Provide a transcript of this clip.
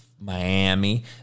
Miami